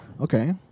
Okay